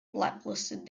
blacklisted